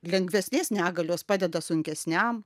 lengvesnės negalios padeda sunkesniam